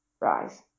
rise